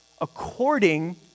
according